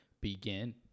begin